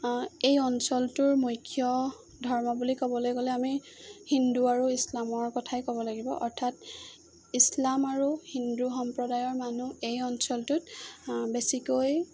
এই অঞ্চলটোৰ মুখ্য ধৰ্ম বুলি ক'বলৈ গ'লে আমি হিন্দু আৰু ইছলামৰ কথাই ক'ব লাগিব অৰ্থাৎ ইছলাম আৰু হিন্দু সম্প্ৰদায়ৰ মানুহ এই অঞ্চলটোত বেছিকৈ